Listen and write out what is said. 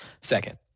second